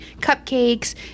cupcakes